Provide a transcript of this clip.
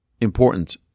important